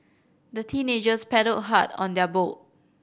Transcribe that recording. the teenagers paddled hard on their boat